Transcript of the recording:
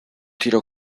tiro